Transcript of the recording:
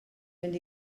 fynd